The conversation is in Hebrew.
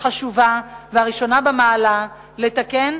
החשובה והראשונה במעלה לתקן,